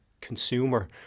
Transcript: consumer